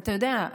אתה יודע,